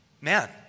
man